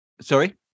Sorry